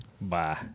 Bye